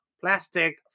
plastic